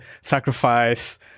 sacrifice